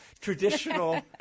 traditional